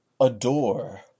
adore